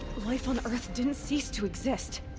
life on earth didn't cease to exist.